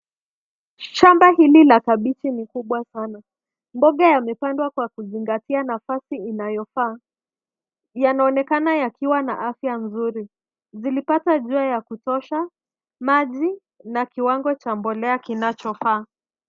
Shamba hili la kabichi ni kubwa sana. Mboga yamepandwa kwa kuzingatia nafasi inayofaa, yanaonekana yakiwa na afya nzuri. Zilipata jua ya kutosha, maji na kiwango cha mbolea kinachofaa.